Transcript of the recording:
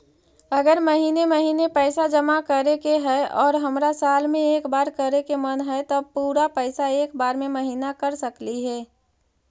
अगर महिने महिने पैसा जमा करे के है और हमरा साल में एक बार करे के मन हैं तब पुरा पैसा एक बार में महिना कर सकली हे?